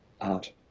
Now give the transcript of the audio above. art